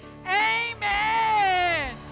Amen